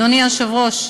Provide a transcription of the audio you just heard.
אדוני היושב-ראש,